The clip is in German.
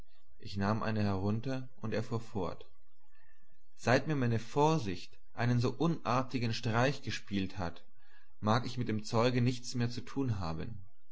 ich nahm eine herunter und er fuhr fort seit mir meine vorsicht einen so unartigen streich gespielt hat mag ich mit dem zeuge nichts mehr zu tun haben